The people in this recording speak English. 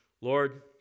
Lord